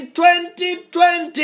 2020